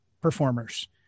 performers